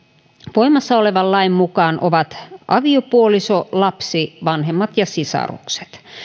voimassa olevan lain mukaan ovat aviopuoliso lapsi vanhemmat ja sisarukset